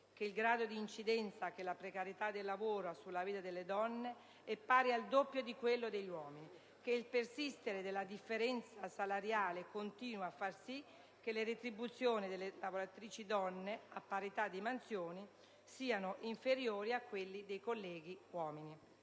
che il grado di incidenza che la precarietà del lavoro ha sulla vita delle donne è pari al doppio di quello degli uomini; che il persistere della differenza salariale continua a far sì che le retribuzioni delle lavoratrici donne, a parità di mansioni, siano inferiori a quelle dei colleghi uomini.